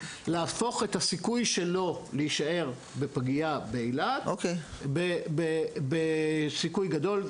ניתן להפוך את הסיכוי שלו להישאר בפגייה באילת לסיכוי גדול.